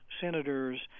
senators